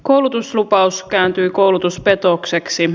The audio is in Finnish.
koulutuslupaus kääntyi koulutuspetokseksi